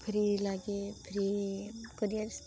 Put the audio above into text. free ଲାଗେ free କରିବା